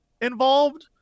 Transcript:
involved